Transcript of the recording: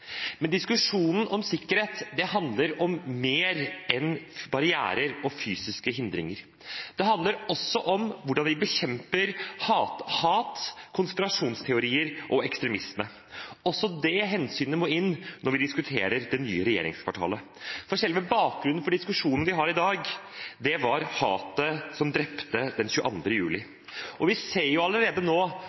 Men diskusjonen om sikkerhet handler om mer enn barrierer og fysiske hindringer. Det handler også om hvordan vi bekjemper hat, konspirasjonsteorier og ekstremisme. Også det hensynet må inn når vi diskuterer det nye regjeringskvartalet, for selve bakgrunnen for diskusjonen vi har i dag, var hatet som drepte den 22. juli. Vi ser allerede nå